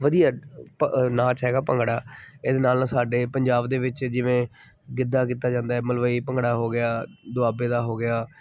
ਵਧੀਆ ਪ ਨਾਚ ਹੈਗਾ ਭੰਗੜਾ ਇਹਦੇ ਨਾਲ ਨਾ ਸਾਡੇ ਪੰਜਾਬ ਦੇ ਵਿੱਚ ਜਿਵੇਂ ਗਿੱਧਾ ਕੀਤਾ ਜਾਂਦਾ ਮਲਵਈ ਭੰਗੜਾ ਹੋ ਗਿਆ ਦੁਆਬੇ ਦਾ ਹੋ ਗਿਆ